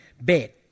bed